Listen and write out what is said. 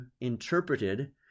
interpreted